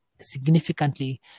significantly